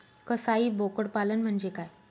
कसाई बोकड पालन म्हणजे काय?